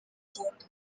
igenda